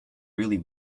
really